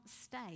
stay